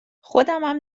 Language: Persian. خودمم